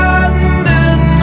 London